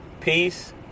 Peace